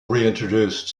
reintroduced